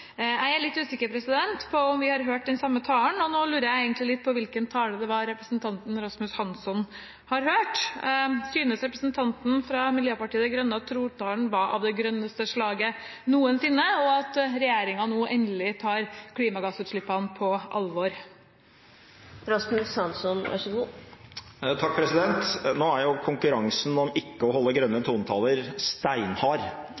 Jeg er litt usikker på om vi har hørt den samme talen. Nå lurer jeg egentlig litt på hvilken tale det var representanten Hansson hørte. Synes representanten fra Miljøpartiet De Grønne at trontalen var av det grønneste slaget noensinne, og at regjeringen nå endelig tar klimagassutslippene på alvor? Nå er jo konkurransen om ikke å holde